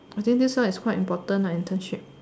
I think this one is quite important lah internship